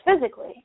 physically